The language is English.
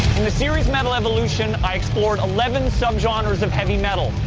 in the series metal evolution, i explored eleven subgenres of heavy metal,